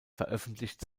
veröffentlicht